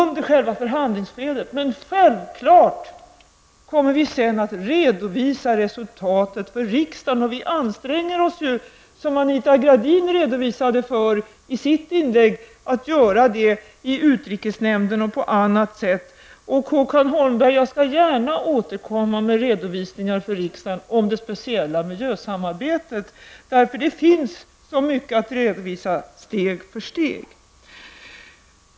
Men vi kommer självfallet att redovisa resultatet för riksdagen. Vi anstränger oss, som Anita Gradin redovisade för i sitt inlägg, för att göra det i utrikesnämnden och på andra sätt. Jag skall gärna, Håkan Holmberg, återkomma med redovisningar för riksdagen om det speciella miljösamarbetet. Det finns så mycket att redovisa steg för steg.